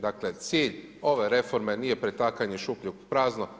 Dakle, cilj ove reforme nije pretakanje šupljeg u prazno.